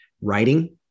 writing